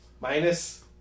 minus